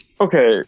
Okay